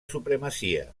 supremacia